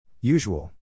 Usual